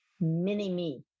mini-me